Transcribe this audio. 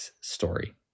story